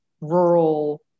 rural